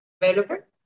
developer